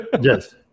Yes